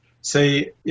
Say